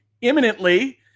imminently